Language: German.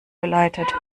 geleitet